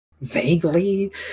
Vaguely